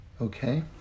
Okay